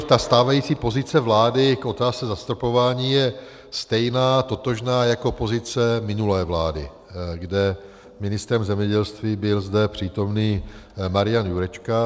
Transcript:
Ta stávající pozice vlády k otázce zastropování je stejná, totožná jako pozice minulé vlády, kde ministrem zemědělství byl zde přítomný Marian Jurečka.